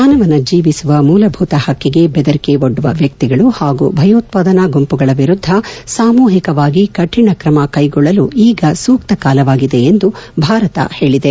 ಮಾನವನ ಜೀವಿಸುವ ಮೂಲಭೂತ ಹಕ್ಕಿಗೆ ಬೆದರಿಕೆ ಒಡ್ಸುವ ವ್ಯಕ್ತಿಗಳು ಹಾಗೂ ಭೆಯೋತ್ಪಾದನಾ ಗುಂಪುಗಳ ವಿರುದ್ದ ಸಾಮೂಹಿಕವಾಗಿ ಕಠಿಣ ಕ್ರಮ ಕೈಗೊಳ್ಳಲು ಈಗ ಸೂಕ್ತ ಕಾಲವಾಗಿದೆ ಎಂದು ಭಾರತ ಹೇಳಿದೆ